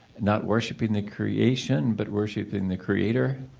not worshiping the creation but worshiping the creator.